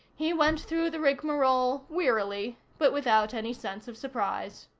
he went through the rigmarole wearily but without any sense of surprise.